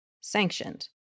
sanctioned